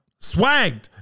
Swagged